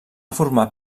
format